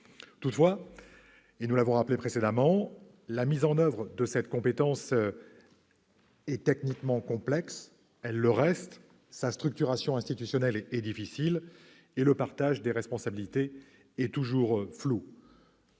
Toutefois, nous l'avons rappelé précédemment, la mise en oeuvre de cette compétence est techniquement complexe : elle le reste. Sa structuration institutionnelle est difficile et le partage des responsabilités est toujours flou.